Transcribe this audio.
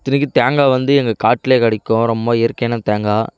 இத்தனைக்கும் தேங்காய் வந்து எங்கள் காட்லேயே கிடைக்கும் ரொம்ப இயற்கையான தேங்காய்